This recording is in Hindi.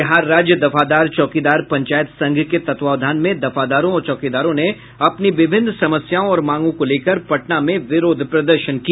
बिहार राज्य दफादार चौकीदार पंचायत संघ के तत्वावधान में दफादारों और चौकीदारों ने अपनी विभिन्न समस्याओं और मांगों को लेकर पटना में विरोध प्रदर्शन किया